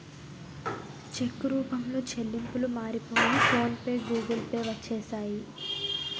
చెక్కు రూపంలో చెల్లింపులు మారిపోయి ఫోన్ పే గూగుల్ పే వచ్చేసాయి